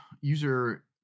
user